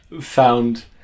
found